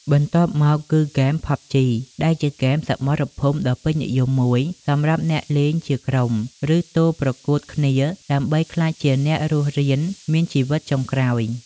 បន្ទាប់មក គឺហ្គេមផប់ជី ដែលជាហ្គេមសមរភូមិដ៏ពេញនិយមមួយ សម្រាប់អ្នកលេងជាក្រុម ឬទោលប្រកួតគ្នាដើម្បីក្លាយជាអ្នករស់រានមានជីវិតចុងក្រោយ។